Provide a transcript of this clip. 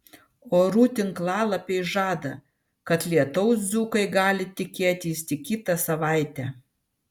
orų tinklalapiai žada kad lietaus dzūkai gali tikėtis tik kitą savaitę